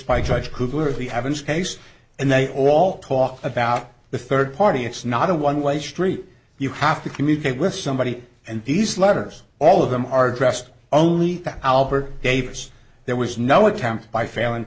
an case and they all talk about the third party it's not a one way she you have to communicate with somebody and these letters all of them are dressed only that albert gave us there was no attempt by failing